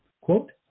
quote